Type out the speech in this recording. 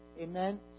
Amen